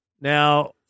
Now